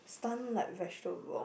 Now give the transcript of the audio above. stunned like vegetable